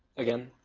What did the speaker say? again?